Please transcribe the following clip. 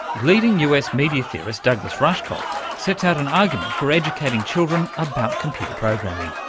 leading us media theorist douglas rushkoff sets out an argument for educating children about computer programming.